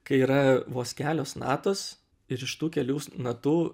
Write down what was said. kai yra vos kelios natos ir iš tų kelių natų